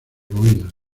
ruinas